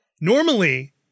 Normally